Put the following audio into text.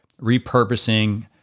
repurposing